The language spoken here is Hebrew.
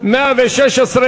של קבוצת סיעת ש"ס,